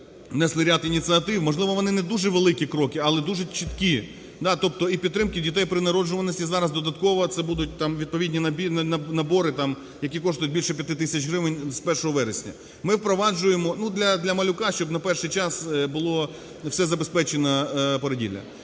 внесли ряд ініціатив, можливо, вони не дуже великі кроки, але дуже чіткі. Тобто і підтримки дітей при народжуваності, зараз додатково це будуть там відповідні набори там, які коштують більше 5 тисяч гривень з 1 вересня. Ми впроваджуємо, ну, для малюка, щоб на перший час було все забезпечене породілля.